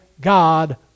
God